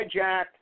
hijack